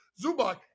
Zubak